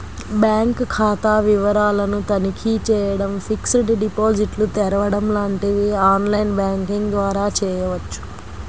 bank ఖాతా వివరాలను తనిఖీ చేయడం, ఫిక్స్డ్ డిపాజిట్లు తెరవడం లాంటివి ఆన్ లైన్ బ్యాంకింగ్ ద్వారా చేయవచ్చు